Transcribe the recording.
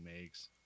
makes